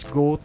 go